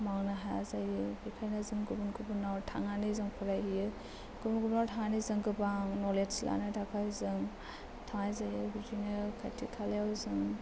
मावनो हाया जायो बेनिखायनो जों गुबुन गुबुनाव थांनानै जों फरायहैयो गुबुन गुबुनाव थांनानै जों गोबां नलेज लानो थाखाय जों थांनाय जायो बिदिनो खाथि खालायाव जों